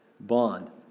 Bond